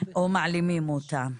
או מעלימים אותה.